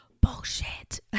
Bullshit